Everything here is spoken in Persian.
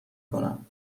کنم